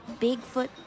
Bigfoot